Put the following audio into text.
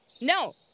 No